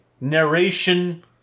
narration